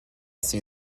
see